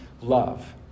love